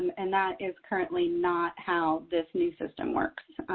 and that is currently not how this new system works.